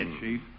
Chief